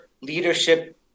leadership